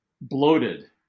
bloated